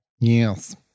Yes